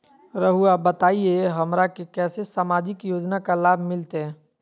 रहुआ बताइए हमरा के कैसे सामाजिक योजना का लाभ मिलते?